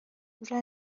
دور